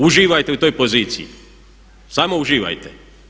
Uživajte u toj poziciji, samo uživajte.